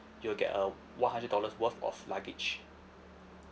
you'll get a one hundred dollars worth of luggage